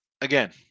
again